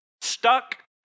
stuck